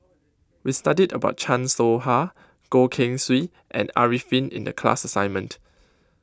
we studied about Chan Soh Ha Goh Keng Swee and Arifin in the class assignment